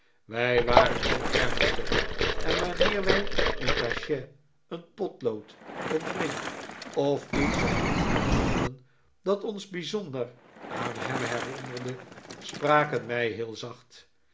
wij waren heel ernstig en wanneer wij een cachet een potlood een ring of iets van dien aard vonden dat ons bijzonder aan hem herinnerde spraken wij heel zacht